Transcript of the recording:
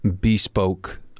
bespoke